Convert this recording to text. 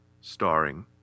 starring